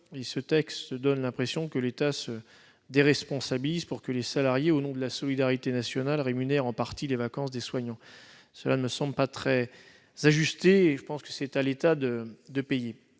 loi donne donc l'impression que l'État se déresponsabilise pour que les salariés, au nom de la solidarité nationale, rémunèrent en partie les vacances des soignants. Cela ne me semble pas très ajusté, et je pense que c'est à l'État de payer.